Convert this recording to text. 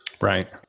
Right